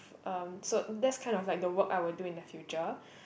um so that's kind of like the work I would do in the future